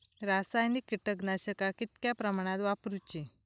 रासायनिक कीटकनाशका कितक्या प्रमाणात वापरूची?